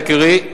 יקירי,